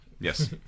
Yes